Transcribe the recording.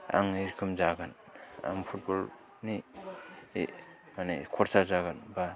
आं एरखम जागोन आं फुटबल नि माने कचार जागोन बा